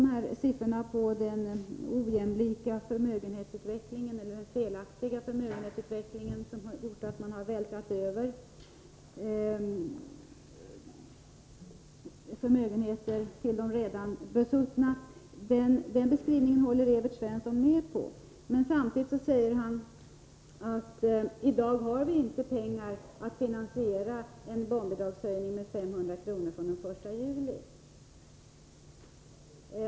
Evert Svensson håller med mig när jag beskriver den felaktiga förmögenhetsutvecklingen, som gjort att stora värden vältrats över till de redan besuttna. Men samtidigt säger han att i dag har vi inte pengar till att finansiera en barnbidragshöjning med 500 kr. från den 1 juli.